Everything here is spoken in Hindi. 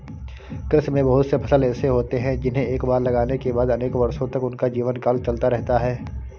कृषि में बहुत से फसल ऐसे होते हैं जिन्हें एक बार लगाने के बाद अनेक वर्षों तक उनका जीवनकाल चलता रहता है